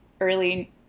early